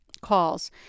calls